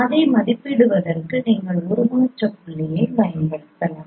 அதை மதிப்பிடுவதற்கு நீங்கள் உருமாற்ற புள்ளிகளைப் பயன்படுத்தலாம்